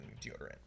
deodorant